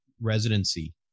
residency